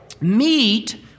meet